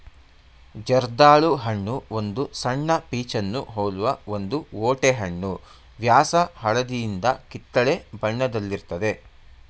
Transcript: ಜರ್ದಾಳು ಹಣ್ಣು ಒಂದು ಸಣ್ಣ ಪೀಚನ್ನು ಹೋಲುವ ಒಂದು ಓಟೆಹಣ್ಣು ವ್ಯಾಸ ಹಳದಿಯಿಂದ ಕಿತ್ತಳೆ ಬಣ್ಣದಲ್ಲಿರ್ತದೆ